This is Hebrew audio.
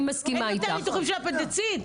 אז אין יותר ניתוחים של אפנדיציט?